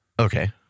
Okay